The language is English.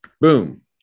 boom